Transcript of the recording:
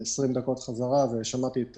שמעתי את